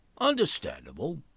Understandable